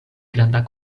granda